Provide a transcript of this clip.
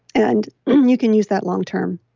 and you can use that long term